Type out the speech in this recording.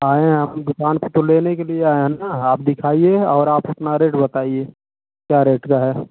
आए हैं हम दुकान पर तो लेने के लिए आए हैं न आप दिखाइए और आप अपना रेट बताइए क्या रेट का है